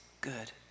Good